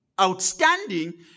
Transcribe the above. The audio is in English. outstanding